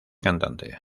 cantante